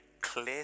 clear